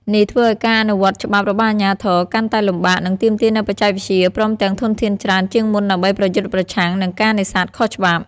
នេះធ្វើឲ្យការអនុវត្តច្បាប់របស់អាជ្ញាធរកាន់តែលំបាក និងទាមទារនូវបច្ចេកវិទ្យា ព្រមទាំងធនធានច្រើនជាងមុនដើម្បីប្រយុទ្ធប្រឆាំងនឹងការនេសាទខុសច្បាប់។